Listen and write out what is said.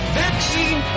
vaccine